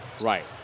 Right